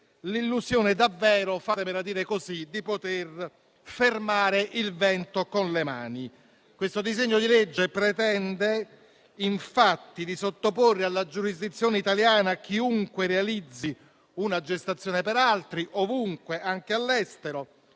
l'illusione davvero - fatemela dire così - di poter fermare il vento con le mani. Questo disegno di legge pretende, infatti, di sottoporre alla giurisdizione italiana chiunque realizzi una gestazione per altri, ovunque, anche all'estero.